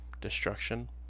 destruction